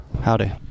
Howdy